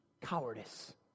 Cowardice